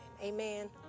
Amen